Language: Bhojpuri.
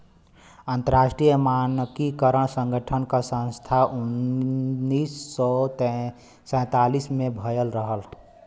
अंतरराष्ट्रीय मानकीकरण संगठन क स्थापना उन्नीस सौ सैंतालीस में भयल रहल